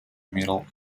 middle